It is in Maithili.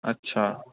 अच्छा